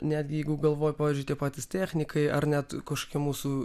netgi jeigu galvoja pavyzdžiui tie patys technikai ar net kažkokie mūsų